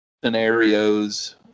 Scenarios